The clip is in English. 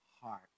heart